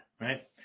right